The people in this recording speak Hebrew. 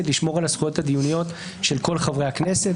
לשמור על הזכויות הדיוניות של כל חברי הכנסת.